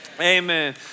Amen